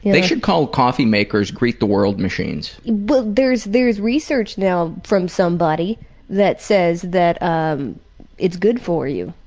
they should call coffeemakers greet the world machines. but there's there's research now from somebody that says that um it's good for you.